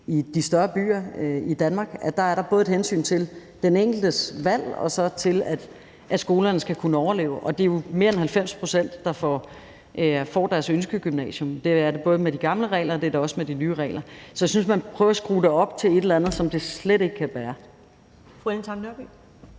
i de større byer i Danmark – der er der både et hensyn til den enkeltes valg og så til, at skolerne skal kunne overleve. Og det er jo mere end 90 pct., der får deres ønskegymnasium. Det er det med de gamle regler, og det er det også med de nye regler. Så jeg synes, man prøver at skrue det op til et eller andet, som det slet ikke kan bære. Kl. 15:55 Første